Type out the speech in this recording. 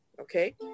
okay